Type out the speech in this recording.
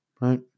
Right